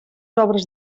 obres